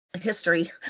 history